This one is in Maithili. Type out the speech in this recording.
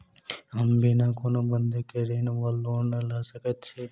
हम बिना कोनो बंधक केँ ऋण वा लोन लऽ सकै छी?